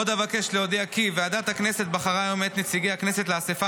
עוד אבקש להודיע כי ועדת הכנסת בחרה היום את נציגי הכנסת לאספה